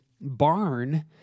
barn